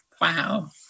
wow